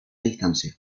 distancia